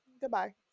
goodbye